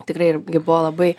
tikrai irgi buvo labai